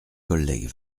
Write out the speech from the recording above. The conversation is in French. collègues